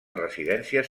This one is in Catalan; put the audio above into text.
residències